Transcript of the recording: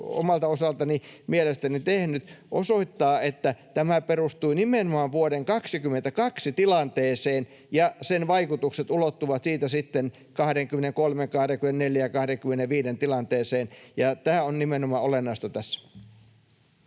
omalta osaltani mielestäni tehnyt, osoittaa, että tämä perustui nimenomaan vuoden 22 tilanteeseen, ja sen vaikutukset ulottuvat siitä sitten 23:n, 24:n ja 25:n tilanteeseen, ja tämä on nimenomaan olennaista tässä.